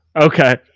okay